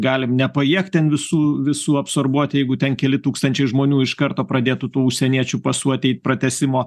galim nepajėgt ten visų visų absorbuot jeigu ten keli tūkstančiai žmonių iš karto pradėtų tų užsieniečių pasų ateit pratęsimo